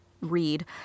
read